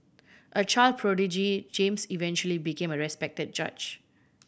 a child prodigy James eventually became a respected judge